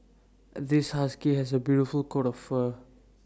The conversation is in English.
this husky has A beautiful coat of fur